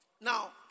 Now